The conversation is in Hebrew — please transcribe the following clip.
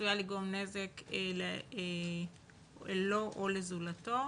עשויה לגרום לנזק לו או לזולתו,